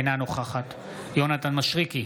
אינה נוכחת יונתן מישרקי,